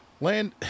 Land